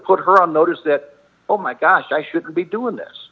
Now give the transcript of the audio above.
put her on notice that oh my gosh i should be doing this